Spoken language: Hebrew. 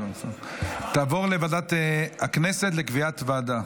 תעבור לוועדת הכנסת לקביעת ועדה.